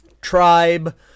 tribe